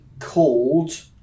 called